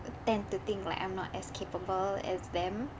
tend to think like I'm not as capable as them